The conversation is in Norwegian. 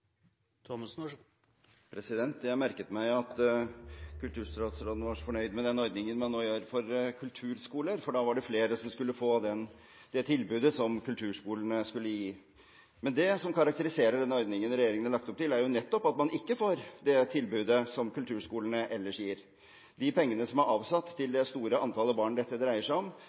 Jeg merket meg at kulturstatsråden var så fornøyd med den ordningen man nå har for kulturskolen, for det var flere som skulle få det tilbudet kulturskolene skulle gi. Men det som karakteriserer ordningen regjeringen har lagt opp til, er jo at man nettopp ikke får det tilbudet som kulturskolene ellers gir. De pengene som er avsatt til det store antallet barn dette dreier seg om,